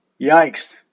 yikes